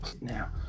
now